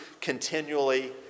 continually